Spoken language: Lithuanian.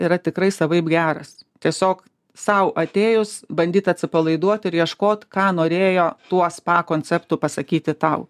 yra tikrai savaip geras tiesiog sau atėjus bandyt atsipalaiduot ir ieškoti ką norėjo tuo spa konceptu pasakyti tau